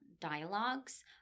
dialogues